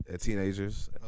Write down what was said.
teenagers